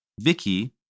Vicky